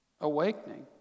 awakening